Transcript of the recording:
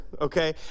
okay